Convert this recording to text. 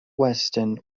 weston